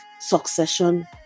succession